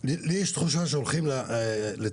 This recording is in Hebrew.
לי יש תחושה שהולכים לטפל